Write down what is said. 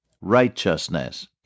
Righteousness